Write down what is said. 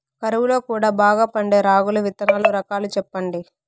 కరువు లో కూడా బాగా పండే రాగులు విత్తనాలు రకాలు చెప్పండి?